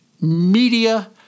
media